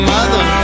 Mother